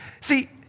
See